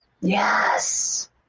Yes